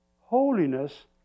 Holiness